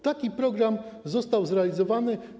Taki program został zrealizowany.